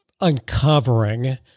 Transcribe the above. uncovering